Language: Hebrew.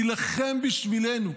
תילחם בשבילנו,